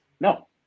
no